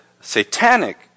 satanic